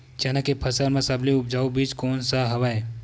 चना के फसल म सबले उपजाऊ बीज कोन स हवय?